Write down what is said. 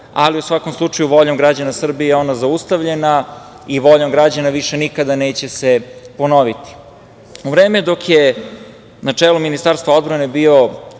ali u svakom slučaju voljom građana Srbije je ona zaustavljena i voljom građana više nikada se neće ponoviti.U vreme dok je na čelu Ministarstva odbrane bio